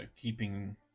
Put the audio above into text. keeping